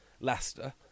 Leicester